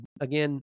again